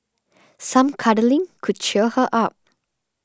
some cuddling could cheer her up